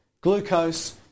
Glucose